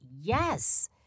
yes